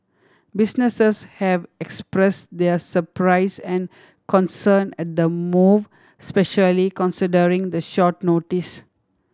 businesses have expressed their surprise and concern at the move specially considering the short notice